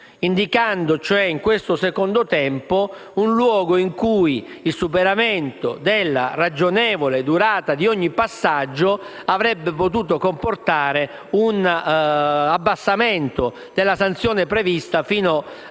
del processo. In questo secondo tempo il superamento della ragionevole durata di ogni passaggio avrebbe potuto comportare un abbassamento della sanzione prevista, fino al